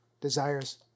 desires